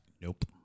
Nope